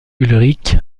ulrich